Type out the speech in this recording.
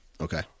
Okay